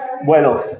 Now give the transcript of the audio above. Bueno